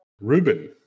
Ruben